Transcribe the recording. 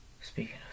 Speaking